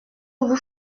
vous